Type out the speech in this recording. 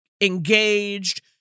engaged